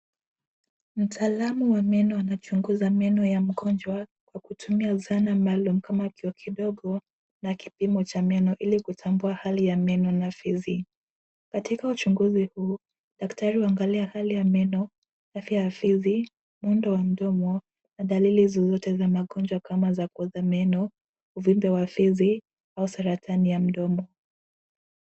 Mtaalamu wa meno anachunguza meno ya mgonjwa kwa kutumia zana maalum kama kioo kidogo na kipimo cha meno, ilikutambua hali ya meno na fizi. Katika uchunguzi huu, daktari huangalia hali ya meno, afya ya fizi, muundo wa mdomo na dalili zozote za magonjwa kama za kuoza meno, uvimbe wa fizi au saratani ya mdomo.